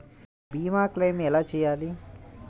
భీమ క్లెయిం ఎలా చేయాలి?